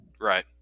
Right